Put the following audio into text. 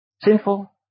sinful